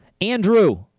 andrew